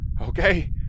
Okay